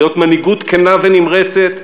להיות מנהיגות כנה ונמרצת,